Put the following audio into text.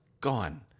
gone